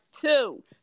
two